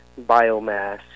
biomass